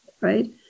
right